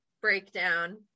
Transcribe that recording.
breakdown